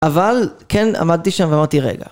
אבל כן עמדתי שם ואמרתי רגע.